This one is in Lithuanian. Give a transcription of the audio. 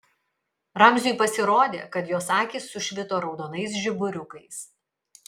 ramziui pasirodė kad jos akys sušvito raudonais žiburiukais